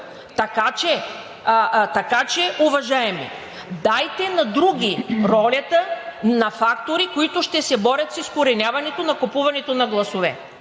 Така че, уважаеми, дайте на други ролята на фактори, които ще се борят с изкореняването на купуването на гласове.